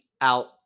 out